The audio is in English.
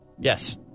Yes